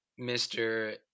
Mr